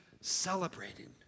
celebrating